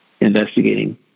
investigating